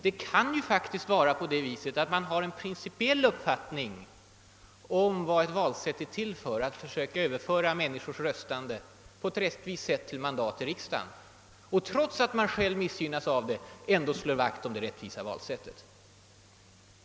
Det kan ju faktiskt vara så att man har en principiell uppfattning om vad ett valsätt är till för: att på ett rättvist sätt försöka överföra människors röstande till mandat i riksdagen. Även om man själv missgynnas av det kan man slå vakt om det rättvisa valsättet.